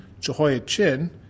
Jehoiachin